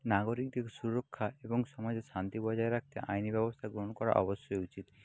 নাগরিকদের সুরক্ষা এবং সমাজে শান্তি বজায় রাখতে আইনি ব্যবস্থা গ্রহণ করা অবশ্যই উচিত